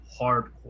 hardcore